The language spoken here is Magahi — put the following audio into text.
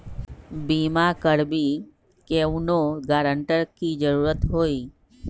बिमा करबी कैउनो गारंटर की जरूरत होई?